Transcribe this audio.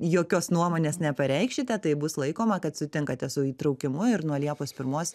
jokios nuomonės nepareikšite tai bus laikoma kad sutinkate su įtraukimu ir nuo liepos pirmos